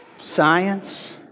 science